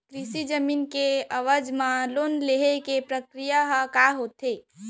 कृषि जमीन के एवज म लोन ले के प्रक्रिया ह का होथे?